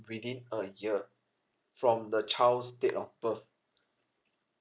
within a year from the child's date of birth